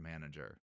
manager